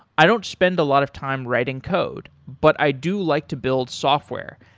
i don't spend a lot of time writing code, but i do like to build software,